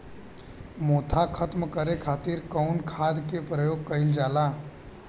मोथा खत्म करे खातीर कउन खाद के प्रयोग कइल जाला?